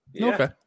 Okay